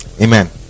amen